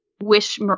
wish